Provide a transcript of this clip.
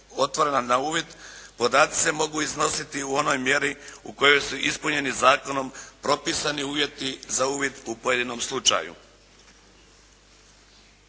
otvoreno na uvid, podaci se mogu iznositi u onoj mjeri u kojoj su ispunjeni zakonom propisani uvjeti za uvid u pojedinom slučaju."